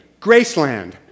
Graceland